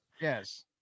Yes